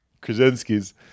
Krasinski's